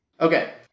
Okay